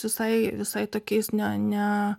visai visai tokiais ne ne